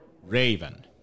Raven